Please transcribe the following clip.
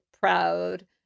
proud